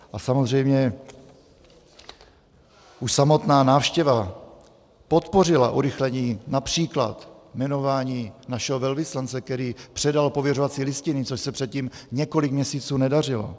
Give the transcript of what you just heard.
A samozřejmě už samotná návštěva podpořila urychlení např. jmenování našeho velvyslance, který předal pověřovací listiny, což se předtím několik měsíců nedařilo.